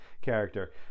character